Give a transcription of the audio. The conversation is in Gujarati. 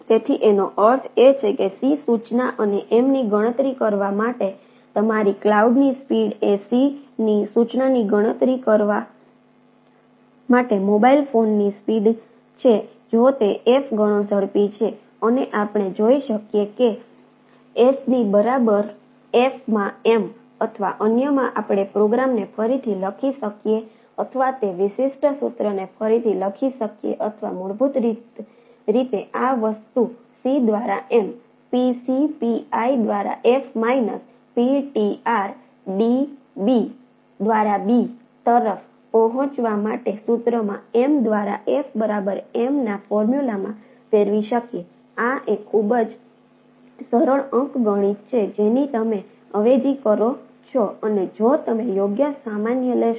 તેથી એનો અર્થ એ કે C સૂચના અને M ની ગણતરી કરવા માટે તમારી ક્લાઉડની સ્પીડ એ C ની સૂચનાની ગણતરી કરવા માટે મોબાઇલ ફોનની સ્પીડ છે જો તે f ગણો ઝડપી છે અને આપણે જોઈ શકીએ છીએ કે S ની બરાબર F માં M અથવા અન્યમાં આપણે પ્રોગ્રામને Pi દ્વારા F અને માઇનસ tr